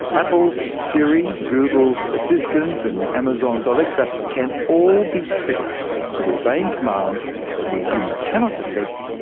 apple's siri, google's assistant and amazon's alexa can all be tricked into obeying commands that we humans cannot detect,